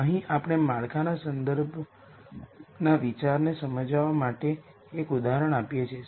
અહીં આપણે માળખાના વિચારને સમજાવવા માટે એક ઉદાહરણ આપીએ છીએ